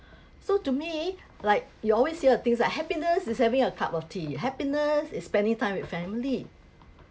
so to me like you always hear a things like happiness is having a cup of tea happiness is spending time with family